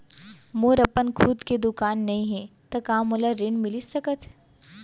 मोर अपन खुद के दुकान नई हे त का मोला ऋण मिलिस सकत?